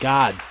God